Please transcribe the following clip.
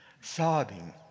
Sobbing